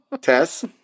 Tess